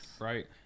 Right